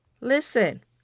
Listen